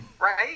Right